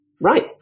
Right